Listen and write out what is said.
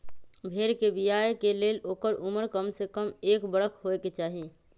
भेड़ कें बियाय के लेल ओकर उमर कमसे कम एक बरख होयके चाही